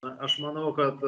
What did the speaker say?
na aš manau kad